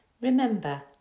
Remember